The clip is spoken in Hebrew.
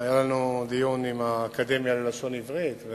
היה לנו דיון עם האקדמיה ללשון עברית,